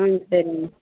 ம் சரிங்க மேம்